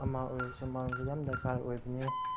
ꯑꯃ ꯑꯣꯏꯔꯁꯨ ꯑꯃ ꯑꯣꯏꯔꯁꯨ ꯌꯥꯝ ꯗꯔꯀꯥꯔ ꯑꯣꯏꯕꯅꯦ